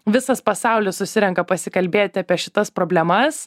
visas pasaulis susirenka pasikalbėti apie šitas problemas